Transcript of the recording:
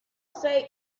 say